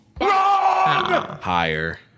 Higher